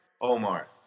Omar